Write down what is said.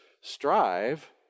Strive